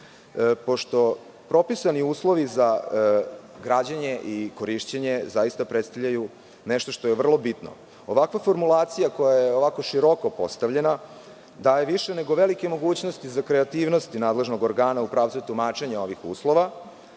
pošto propisani uslovi za građenje i korišćenje zaista predstavljaju nešto što je vrlo bitno. Ovakva formulacija koja je ovako široko postavljena daje više nego velike mogućnosti za kreativnosti nadležnog organa u pravcu tumačenja ovih uslova,